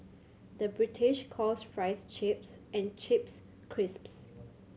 the British calls fries chips and chips crisps